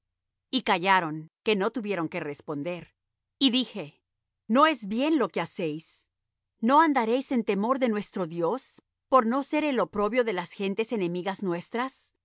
y callaron que no tuvieron qué responder y dije no es bien lo que hacéis no andaréis en temor de nuestro dios por no ser el oprobio de las gentes enemigas nuestras